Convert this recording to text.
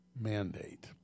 Mandate